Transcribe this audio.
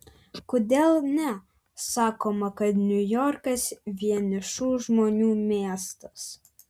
kodėl ne sakoma kad niujorkas vienišų žmonių miestas